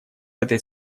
этой